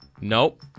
Nope